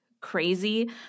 crazy